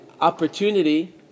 opportunity